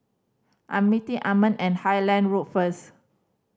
I am meeting Armand at Highland Road first